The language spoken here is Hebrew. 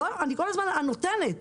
אני כל הזמן הנותנת.